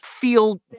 feel